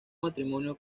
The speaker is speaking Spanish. matrimonio